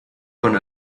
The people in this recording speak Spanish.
con